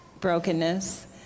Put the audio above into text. brokenness